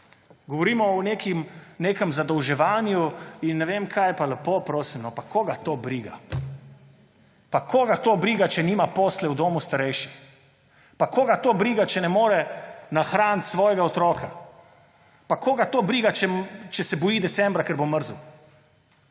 Govorimo o nekem zadolževanju in ne vem kaj. Pa lepo prosim, no! Pa koga to briga? Pa koga to briga, če nima postelje v domu starejših? Pa koga to briga, če ne more nahraniti svojega otroka? Pa koga to briga, če se boji decembra, ker bo mrzel?